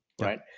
right